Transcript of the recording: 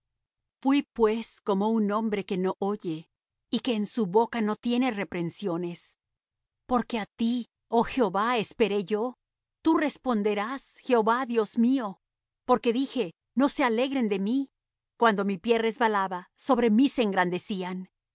fuí pues como un hombre que no oye y que en su boca no tiene reprensiones porque á ti oh jehová esperé yo tú responderás jehová dios mío porque dije que no se alegren de mí cuando mi pie resbalaba sobre mí